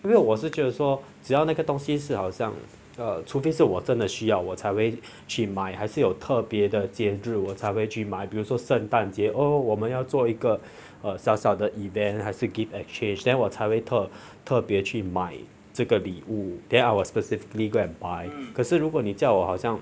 因为我是就是说只要那个东西是好像 err 除非是我真的需要我才会去买还是有特别的节日我才会去买比如说圣诞节哦我们要做一个小小的 event 还是 gift exchange then 我才为特特别去买这个礼物 then I will specifically go and buy 可是如果你叫我好像